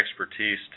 expertise